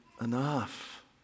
enough